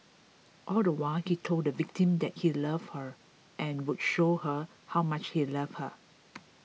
all the while he told the victim that he loved her and would show her how much he loved her